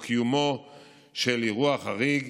או קיומו של אירוע חריג,